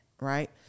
right